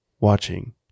watching